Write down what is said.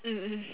mm mm